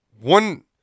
One